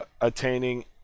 attaining